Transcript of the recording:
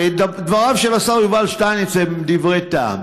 ודבריו של השר יובל שטייניץ הם דברי טעם,